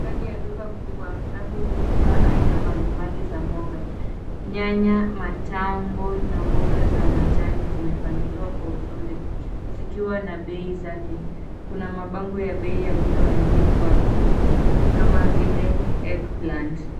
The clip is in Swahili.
Ndani ya duka kubwa, rafu zimejaa aina mbali mbali za mboga: nyanya, matango na mboga za majani zimepangiliwa kwa uzuri zikiwa na bei zake. Kuna mabango ya bei yaliyoandikwa kama vile eggplant .